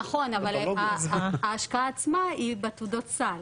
נכון אבל ההשקעה עצמה היא בתעודות הסל.